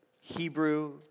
Hebrew